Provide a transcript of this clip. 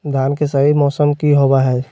धान के सही मौसम की होवय हैय?